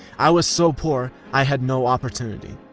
i was so poor, i had no opportunity.